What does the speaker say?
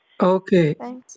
Okay